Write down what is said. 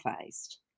faced